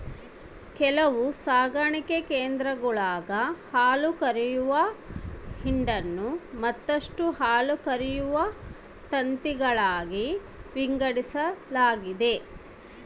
ಕೆಲವು ಸಾಕಣೆ ಕೇಂದ್ರಗುಳಾಗ ಹಾಲುಕರೆಯುವ ಹಿಂಡನ್ನು ಮತ್ತಷ್ಟು ಹಾಲುಕರೆಯುವ ತಂತಿಗಳಾಗಿ ವಿಂಗಡಿಸಲಾಗೆತೆ